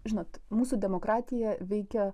žinot mūsų demokratija veikia